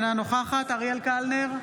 אינה נוכחת אריאל קלנר,